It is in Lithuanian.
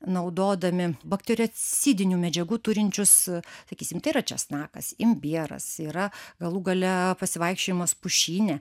naudodami baktericidinių medžiagų turinčius sakysim tai yra česnakas imbieras yra galų gale pasivaikščiojimas pušyne